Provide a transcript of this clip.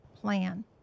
plan